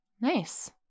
Nice